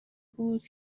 بود